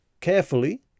carefully